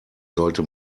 sollte